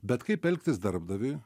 bet kaip elgtis darbdaviui